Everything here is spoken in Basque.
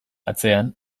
atzean